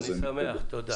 אני שמח, תודה.